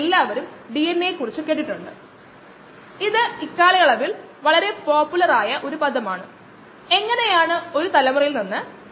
offline നമ്മൾ bio റിയാക്ടറുകളിൽ നിന്ന് ഒരു സാമ്പിൾ എടുത്ത് അകലെ അളക്കുന്നു ഇതിനെ ഓഫ്ലൈൻ രീതി എന്ന് വിളിക്കുന്നത്